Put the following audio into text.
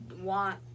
want